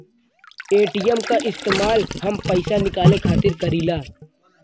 ATM क इस्तेमाल हम पइसा निकाले खातिर करीला